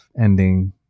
ending